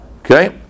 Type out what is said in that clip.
okay